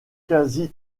quasi